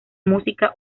música